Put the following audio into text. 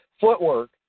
footwork